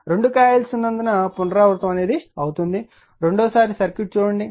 రెండు కాయిల్స్ ఉన్నందున పునరావృతం అవుతుంది రెండవసారి సర్క్యూట్ చూడండి